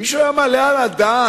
מישהו היה מעלה על הדעת